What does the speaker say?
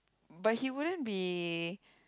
but he wouldn't be